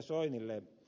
soinille